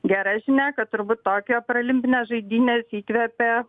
gera žinia kad turbūt tokijo paralimpinės žaidynės įkvepė